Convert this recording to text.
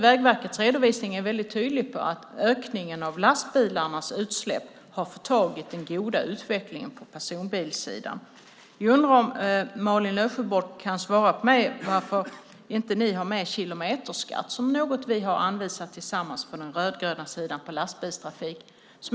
Vägverkets redovisning är väldigt tydlig om att ökningen av lastbilarnas utsläpp har förtagit den goda utvecklingen på personbilssidan. Jag undrar om Malin Löfsjögård kan svara mig på varför ni inte har med kilometerskatt. Det är något som vi har anvisat tillsammans från den rödgröna sidan för lastbilstrafik.